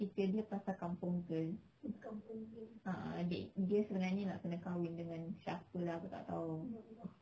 cerita dia pasal kampung girl a'ah dia sebenarnya nak kena kahwin dengan siapa lah aku tak tahu